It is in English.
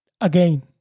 again